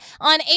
on